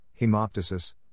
hemoptysis